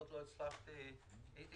הייתי